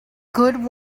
good